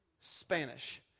Spanish